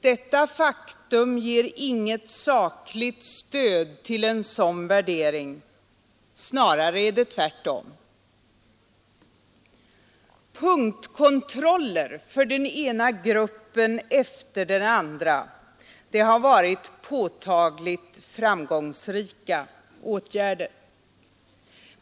Detta faktum ger inget sakligt stöd till en sådan värdering; snarare är det tvärtom. Punktprotokoller för den ena gruppen efter den andra har varit påtagligt framgångsrika åtgärder.